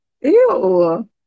ew